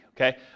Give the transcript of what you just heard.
Okay